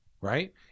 right